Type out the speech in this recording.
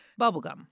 bubblegum